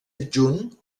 adjunt